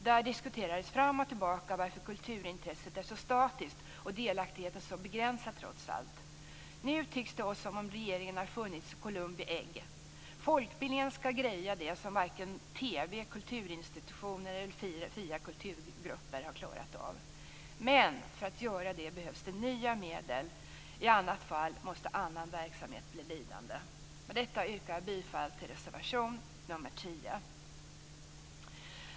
Där diskuterades fram och tillbaka varför kulturintresset är så statiskt och delaktigheten så begränsad, trots allt. Nu tycks det oss som om regeringen har funnit sitt Columbi ägg: Folkbildningen skall greja det som varken TV, kulturinstitutioner eller fyra kulturgrupper har klarat av. Men för att göra det behövs det nya medel, i annat fall måste annan verksamhet bli lidande. Med detta yrkar jag bifall till reservation nr 10.